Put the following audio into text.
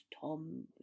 Tom